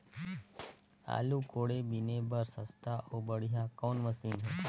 आलू कोड़े बीने बर सस्ता अउ बढ़िया कौन मशीन हे?